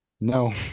no